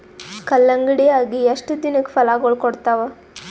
ಕಲ್ಲಂಗಡಿ ಅಗಿ ಎಷ್ಟ ದಿನಕ ಫಲಾಗೋಳ ಕೊಡತಾವ?